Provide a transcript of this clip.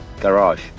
Garage